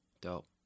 Dope